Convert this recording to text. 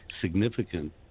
significant